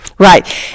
Right